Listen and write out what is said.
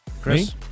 Chris